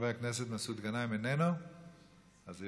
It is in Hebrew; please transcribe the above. של חבר הכנסת מסעוד גנאים,